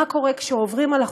מה קורה כשעוברים על החוק,